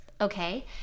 Okay